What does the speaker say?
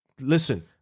listen